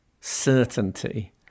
certainty